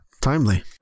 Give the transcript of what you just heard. Timely